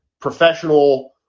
professional